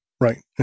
right